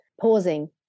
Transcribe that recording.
Pausing